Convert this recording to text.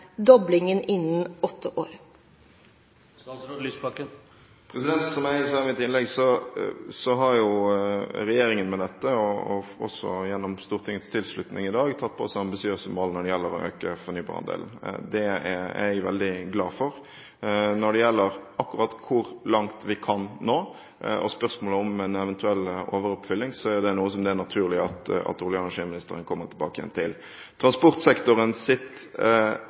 doblingen innen åtte år? Som jeg sa i mitt innlegg, har regjeringen med dette og også gjennom Stortingets tilslutning i dag tatt på seg ambisiøse mål når det gjelder å øke fornybarandelen. Det er jeg veldig glad for. Når det gjelder akkurat hvor langt vi kan nå, og spørsmålet om en eventuell overoppfyllelse, er det noe som det er naturlig at olje- og energiministeren kommer tilbake til.